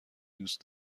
دوست